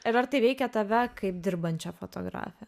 ir ar tai veikia tave kaip dirbančią fotografę